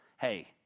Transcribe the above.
hey